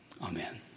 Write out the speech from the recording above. Amen